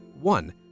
One